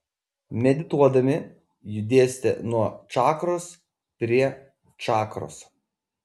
medituodami judėsite nuo čakros prie čakros